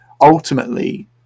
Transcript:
ultimately